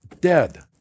dead